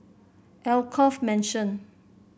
Alkaff Mansion